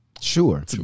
Sure